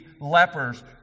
lepers